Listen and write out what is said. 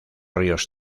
ríos